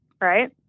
Right